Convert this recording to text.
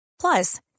Plus